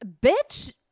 Bitch